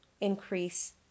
increase